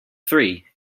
three